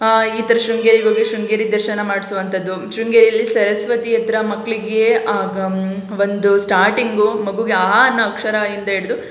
ಈ ಥರ ಶೃಂಗೇರಿಗೋಗಿ ಶೃಂಗೇರಿ ದರ್ಶನ ಮಾಡಿಸುವಂಥದ್ದು ಶೃಂಗೇರಿಯಲ್ಲಿ ಸರಸ್ವತಿಯ ಹತ್ರ ಮಕ್ಕಳಿಗೆ ಆಗ ಒಂದು ಸ್ಟಾರ್ಟಿಂಗು ಮಗುಗೆ ಆ ಅನ್ನೋ ಅಕ್ಷರದಿಂದ ಹಿಡ್ದು